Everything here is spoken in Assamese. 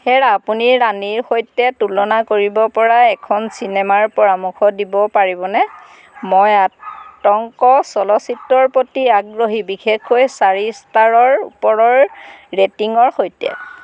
হেৰা আপুনি ৰাণীৰ সৈতে তুলনা কৰিব পৰা এখন চিনেমাৰ পৰামৰ্শ দিব পাৰিবনে মই আতংক চলচ্চিত্ৰৰ প্ৰতি আগ্ৰহী বিশেষকৈ চাৰি ষ্টাৰৰ ওপৰৰ ৰেটিংৰ সৈতে